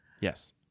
Yes